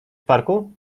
parku